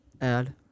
add